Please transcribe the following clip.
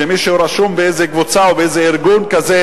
שמי שרשום באיזו קבוצה או באיזה ארגון כזה,